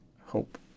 hope